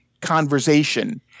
conversation